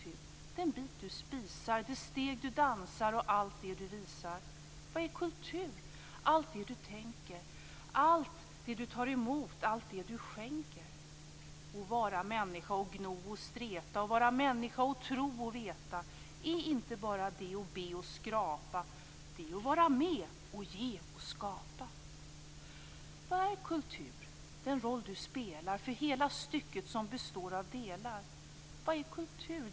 Den bit du spisar, de steg du dansar och allt det du visar. Vad är kultur? Allt det du tänker, allt det du tar emot, allt det du skänker. "Å vara människa å gno å streta, å vara människa å tro å veta. e' inte bara de' å be å skrapa, de' e' vara me' å ge å skapa" Vad är kultur? Den roll du spelar för hela stycket som består av delar. Vad är kultur?